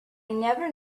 never